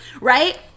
right